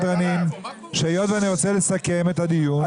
היות ואני רוצה לסכם את הדיון,